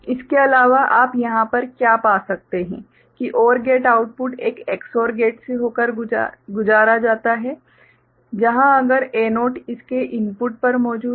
इसके अलावा आप यहां पर क्या पा सकते हैं कि OR गेट आउटपुट एक XOR गेट से होकर गुजारा जाता है जहां अगर A0 इसके इनपुट पर मौजूद है